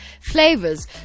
flavors